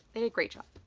hey, great job.